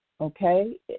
okay